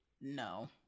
no